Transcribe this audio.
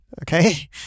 okay